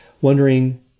wondering